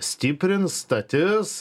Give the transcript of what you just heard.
stiprins statys